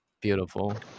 Beautiful